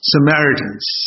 Samaritans